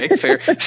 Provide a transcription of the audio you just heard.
fair